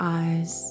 eyes